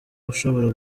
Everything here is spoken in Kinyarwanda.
ushobora